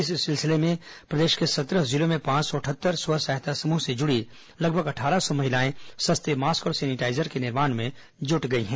इस सिलसिले में प्रदेश के सत्रह जिलों में पांच सौ अटहत्तर स्व सहायता समूह से जुड़ी लगभग अट्ठारह सौ महिलाएं सस्ते मास्क और सैनिटाईजर के निर्माण में जुट गई हैं